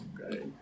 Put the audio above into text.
Okay